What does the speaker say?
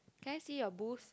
can I see your boost